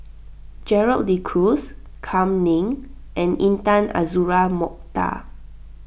Gerald De Cruz Kam Ning and Intan Azura Mokhtar